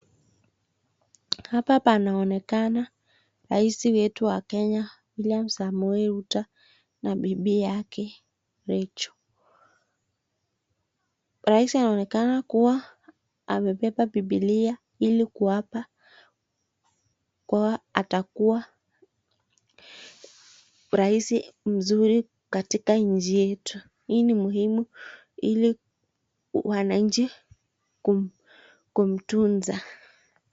Hapa panonekana rais wetu wa Kenya, William Samoei Ruto na bibi yake Rachael. Rais anaonekana kuwa amebeba Bibilia ili kuapa kuwa atakuwa rais mzuri katika nchi yetu. Hii ni muhimu ili wananchi kumtunza.